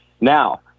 Now